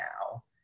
now